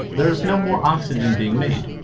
there is no more oxygen being made.